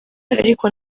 ariko